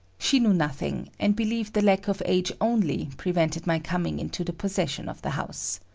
she knew nothing, and believed the lack of age only prevented my coming into the possession of the house.